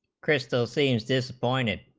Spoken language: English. crystal c's disappointed